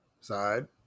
side